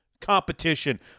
competition